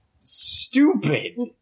stupid